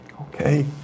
okay